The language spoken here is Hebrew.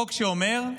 חוק שאומר: